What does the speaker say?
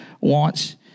wants